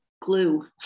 glue